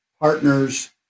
partners